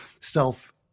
self